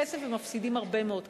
ומפסידים הרבה מאוד כסף.